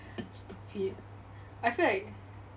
stupid I feel like